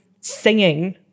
singing